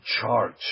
charge